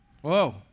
Whoa